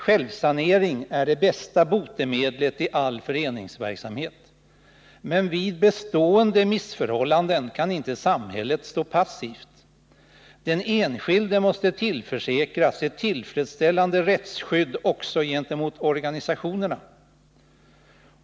Självsanering är det bästa botemedlet i all föreningsverksamhet. Men vid bestående missförhållanden kan inte samhället stå passivt. Den enskilde måste tillförsäkras ett tillfredsställande rättsskydd också gentemot organisationerna.